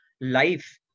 life